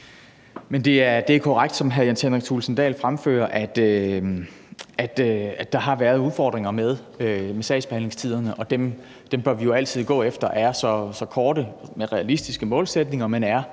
Jens Henrik Thulesen Dahl fremfører, at der har været udfordringer med sagsbehandlingstiderne, og dem bør vi jo altid – med realistiske målsætninger – gå